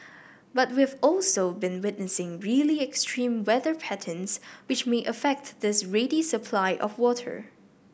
but we've also been witnessing really extreme weather patterns which may affect this ready supply of water